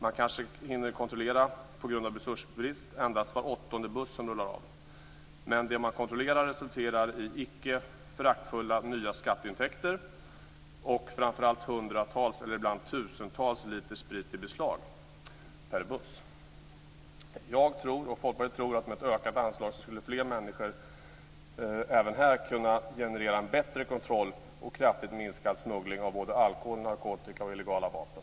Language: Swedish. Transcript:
Man hinner på grund av resursbrist kontrollera kanske endast var åttonde buss som rullar av, men den kontroll som sker resulterar i skatteintäkter som inte är att förakta och framför allt i hundratals eller ibland tusentals liter sprit i beslag per buss. Jag och Folkpartiet tror att ett ökat anslag även här skulle kunna generera en bättre kontroll och kraftigt minskad smuggling av alkohol, narkotika och illegala vapen.